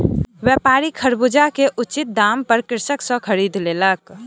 व्यापारी खरबूजा के उचित दाम पर कृषक सॅ खरीद लेलक